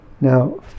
Now